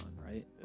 right